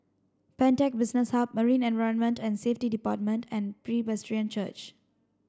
Pantech Business Hub Marine Environment and Safety Department and Presbyterian Church